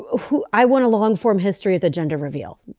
who i want a long form history of the gender reveal.